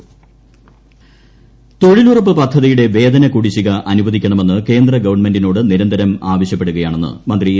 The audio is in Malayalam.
സി മൊയ്തീൻ തൊഴിലുറപ്പ് പദ്ധതിയുടെ വേതന കുടിശ്ശിക അനുവദിക്കണമെന്ന് കേന്ദ്രഗവൺമെന്റിനോട് നിരന്തരം ആവശ്യപ്പെടുകയാണെന്ന് മന്ത്രി എ